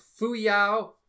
fuyao